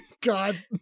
god